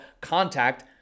contact